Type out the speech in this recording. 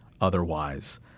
otherwise